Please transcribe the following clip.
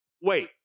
Wait